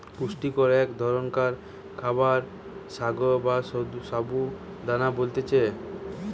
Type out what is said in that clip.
পুষ্টিকর এক ধরণকার খাবার সাগো বা সাবু দানা বলতিছে